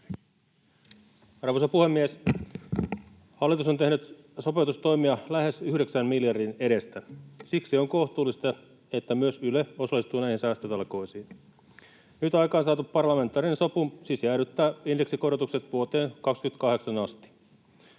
Arvoisa puhemies! Hallitus on tehnyt sopeutustoimia lähes yhdeksän miljardin edestä. Siksi on kohtuullista, että myös Yle osallistuu näihin säästötalkoisiin. Nyt aikaansaatu parlamentaarinen sopu siis jäädyttää indeksikorotukset vuoteen 28 asti.